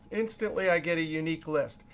instantly i get a unique list.